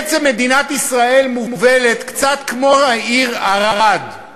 בעצם מדינת ישראל מובלת קצת כמו העיר ערד, טלי.